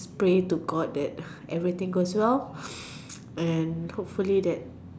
pray to God that everything's goes well and hopefully that